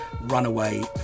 Runaway